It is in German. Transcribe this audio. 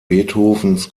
beethovens